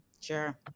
Sure